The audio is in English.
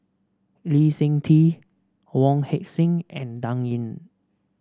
Lee Seng Tee Wong Heck Sing and Dan Ying